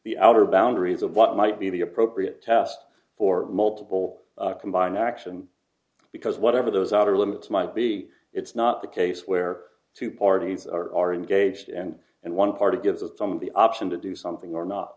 the outer boundaries of what might be the appropriate test for multiple combined action because whatever those outer limits might be it's not the case where two parties are engaged and and one part of give the sum of the option to do something or not